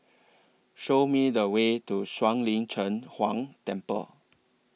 Show Me The Way to Shuang Lin Cheng Huang Temple